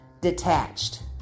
detached